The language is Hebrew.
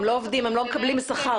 הם לא מקבלים שכר.